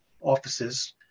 offices